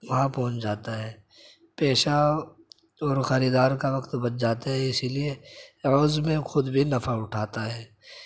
وہاں پہنچ جاتا ہے پیشہ اور خریدار کا وقت بچ جاتا ہے اسی لیے اس میں خود بھی نفع اٹھاتا ہے